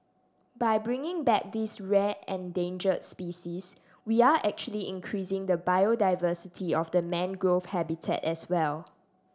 by bringing back this rare endangered species we are actually increasing the biodiversity of the mangrove habitat as well